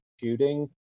shooting